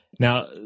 Now